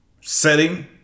setting